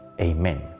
Amen